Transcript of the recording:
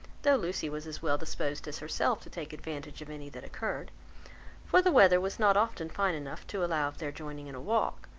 though lucy was as well disposed as herself to take advantage of any that occurred for the weather was not often fine enough to allow of their joining in a walk,